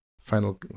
final